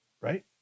right